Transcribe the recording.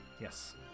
yes